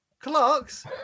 Clarks